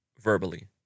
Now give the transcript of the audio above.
verbally